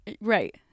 Right